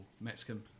Mexican